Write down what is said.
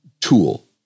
tool